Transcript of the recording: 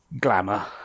glamour